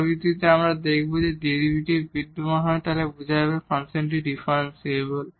পরবর্তীতে আমরা দেখব যে যদি ডেরিভেটিভ বিদ্যমান থাকে তাহলে বোঝা যাবে যে ফাংশনটি ডিফারেনশিবল